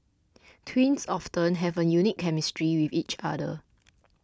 twins often have a unique chemistry with each other